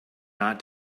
not